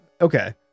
Okay